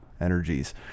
energies